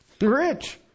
rich